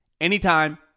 anytime